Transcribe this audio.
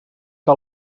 que